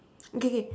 okay okay okay